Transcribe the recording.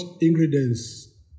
ingredients